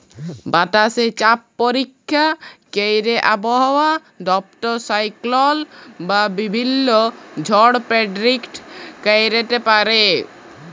বাতাসে চাপ পরীক্ষা ক্যইরে আবহাওয়া দপ্তর সাইক্লল বা বিভিল্ল্য ঝড় পের্ডিক্ট ক্যইরতে পারে